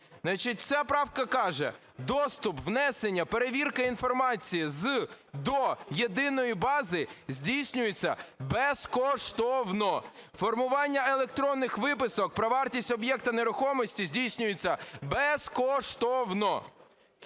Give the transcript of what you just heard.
Значить, ця правка каже: "Доступ, внесення, перевірка інформації з/до Єдиної бази здійснюється безкоштовно. Формування електронних виписок про вартість об'єкта нерухомості здійснюється безкоштовно".